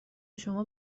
شما